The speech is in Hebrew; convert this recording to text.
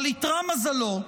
אבל איתרע מזלו,